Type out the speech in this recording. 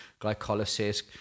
glycolysis